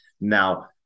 Now